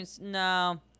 No